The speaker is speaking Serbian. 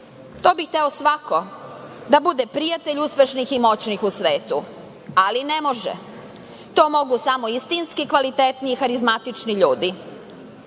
to bi hteo svako, da bude prijatelj uspešnih i moćnih u svetu, ali ne može. To mogu samo iskreni, kvalitetni, harizmatični ljudi. Da